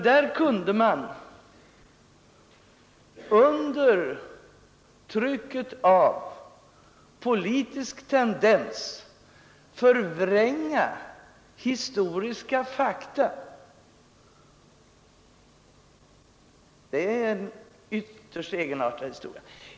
Där kunde man under trycket av politisk tendens förvränga fakta så att det blev en ytterst egenartad historia.